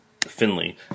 Finley